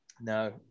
No